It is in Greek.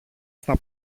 στα